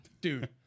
Dude